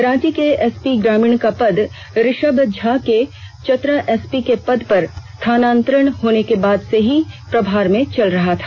रांची के एसपी ग्रामीण का पद ऋषभ झा के चतरा एसपी के पद पर स्थानांतरण होने के बाद से ही प्रभार में चल रहा था